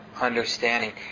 understanding